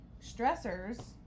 stressors